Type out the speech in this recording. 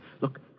Look